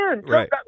Right